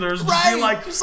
Right